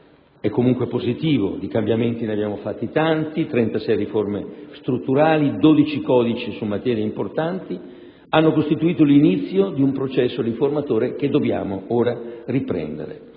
è comunque positivo. Di cambiamenti ne abbiamo fatti tanti: 36 riforme strutturali, 12 codici su materie importanti hanno costituito l'inizio di un processo riformatore che dobbiamo ora riprendere.